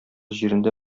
җирендә